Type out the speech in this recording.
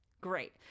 Great